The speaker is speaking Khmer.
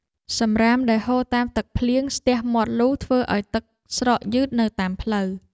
សម្រាមដែលហូរតាមទឹកភ្លៀងស្ទះមាត់លូធ្វើឱ្យទឹកស្រកយឺតនៅតាមផ្លូវ។